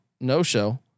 no-show